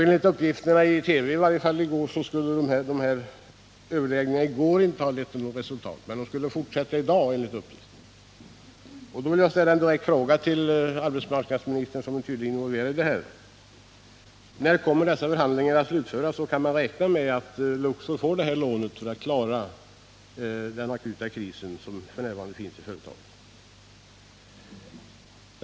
Enligt uppgifter i TV i går ledde dessa överläggningar inte till något resultat, men de skulle fortsätta i dag. Jag vill ställa en direkt fråga till arbetsmarknadsministern, som tydligen är involverad i detta: När kommer dessa förhandlingar att slutföras, och kan man räkna med att Luxor får det begärda lånet för att klara den akuta kris som företaget f. n. befinner sig i?